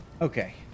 Okay